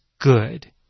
good